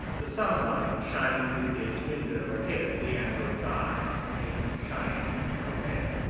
the sunlight shining through the gate's window hit the android's eyes, making them shiny and opaque.